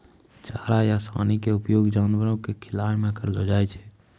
चारा या सानी के उपयोग जानवरों कॅ खिलाय मॅ करलो जाय छै